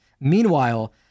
Meanwhile